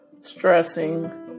stressing